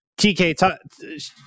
TK